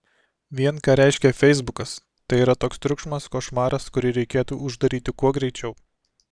vien ką reiškia feisbukas tai yra toks triukšmas košmaras kurį reikėtų uždaryti kuo greičiau